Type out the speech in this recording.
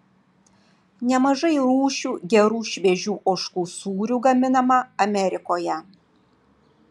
nemažai rūšių gerų šviežių ožkų sūrių gaminama amerikoje